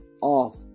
off